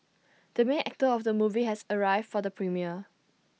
the main actor of the movie has arrived for the premiere